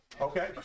Okay